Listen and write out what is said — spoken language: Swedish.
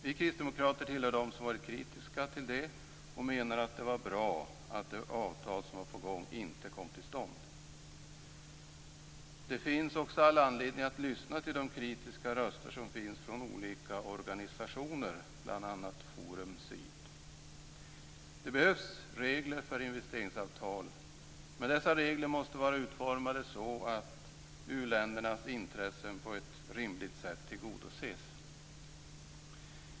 Vi kristdemokrater tillhör dem som varit kritiska till det, och vi menar att det var bra att det avtal som var på gång inte kom till stånd. Det finns också all anledning att lyssna till de kritiska röster som kommer från olika organisationer, bl.a. från Forum Syd. Det behövs regler för investeringsavtal, men dessa regler måste vara utformade så att u-ländernas intressen på ett rimligt sätt tillgodoses.